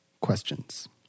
questions